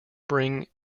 bring